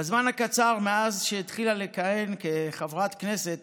בזמן הקצר מאז שהתחילה לכהן כחברת כנסת